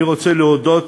אני רוצה להודות,